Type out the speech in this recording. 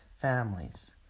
families